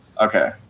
Okay